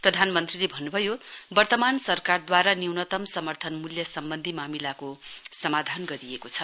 प्रधानमन्त्रीले भन्नु भयो वर्तमान सरकारद्वारा न्यूनतम् समर्थन मूल्य सम्बन्धी मामिलाको समाधान गरिएको छ